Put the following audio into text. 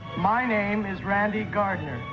my name is randy gardner